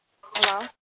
Hello